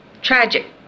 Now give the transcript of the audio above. tragic